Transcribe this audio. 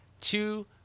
two